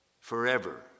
forever